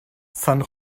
san